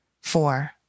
four